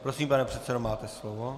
Prosím, pane předsedo, máte slovo.